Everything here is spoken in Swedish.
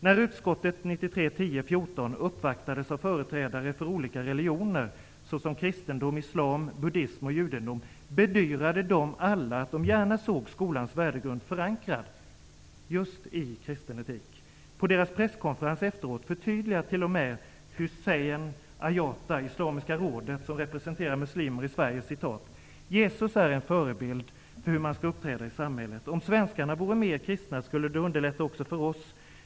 När utskottet den 14 oktober 1993 uppvaktades av företrädare för olika religioner, som kristendom, islam, buddism och judendom, bedyrade de alla att de gärna såg skolans värdegrund förankrad i just kristen etik. På deras presskonferens efteråt förtydligade t.o.m. Hüseyin Ayata, Islamiska rådet, som representerar muslimer i Sverige: ''Jesus är en förebild för hur man ska uppträda i samhället. Om svenskarna vore mer kristna skulle det underlätta också för oss.